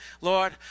Lord